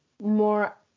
more